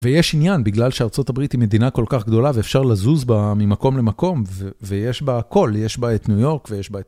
ויש עניין, בגלל שארה״ב היא מדינה כל כך גדולה ואפשר לזוז בה ממקום למקום, ויש בה הכל, יש בה את ניו יורק ויש בה את...